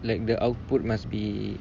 like the output must be